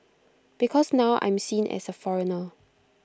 because now I'm seen as A foreigner